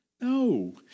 No